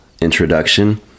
introduction